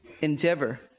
endeavor